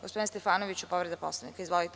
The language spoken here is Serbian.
Gospodin Stefanović, povreda Poslovnika.